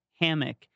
hammock